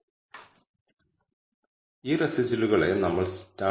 അതിനാൽ β1 നുള്ള 95 ശതമാനം കോൺഫിഡൻസ് ഇന്റർവെൽ അതിന്റെ ഡിസ്ട്രിബ്യൂഷനിൽ നിന്ന് നമ്മൾ നേടുന്നു